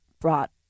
brought